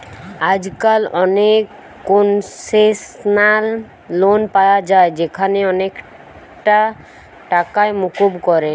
আজকাল অনেক concessional loan পায়া যায় যেখানে অনেকটা টাকাই মুকুব করে